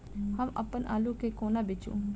हम अप्पन आलु केँ कोना बेचू?